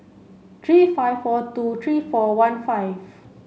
three five four two three four one five